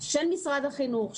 של משרד החינוך,